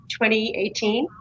2018